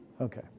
Okay